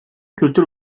kültür